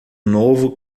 novo